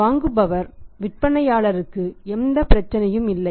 வாங்குபவர் விற்பனையாளருக்கு எந்த பிரச்சனையும் இல்லை